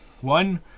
one